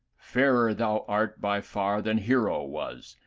fairer thou art by far than hero was,